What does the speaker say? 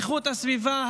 איכות הסביבה,